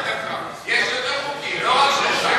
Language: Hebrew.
יש יותר חוקים, לא רק שלושה.